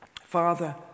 Father